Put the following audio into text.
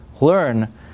learn